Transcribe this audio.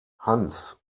hans